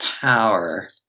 power